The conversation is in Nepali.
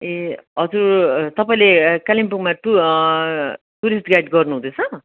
ए हजुर तपाईँले कालिम्पोङमा टु टुरिस्ट गाइड गर्नुहुँदैछ